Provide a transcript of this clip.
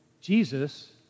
Jesus